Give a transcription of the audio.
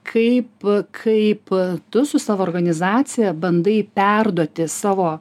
kaip kaip tu su savo organizacija bandai perduoti savo